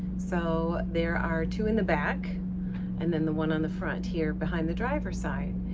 so there are two in the back and then the one on the front here behind the driver's side.